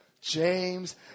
James